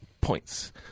Points